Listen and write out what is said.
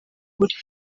buryo